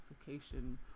application